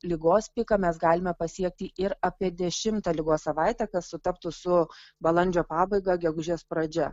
ligos piką mes galime pasiekti ir apie dešimtą ligos savaitę kad sutaptų su balandžio pabaiga gegužės pradžia